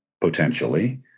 potentially